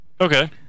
Okay